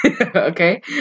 Okay